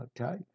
okay